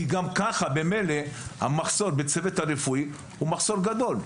כי גם ככה המחסור בצוות הרפואי הוא מחסור גדול.